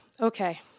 okay